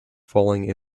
falling